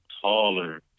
taller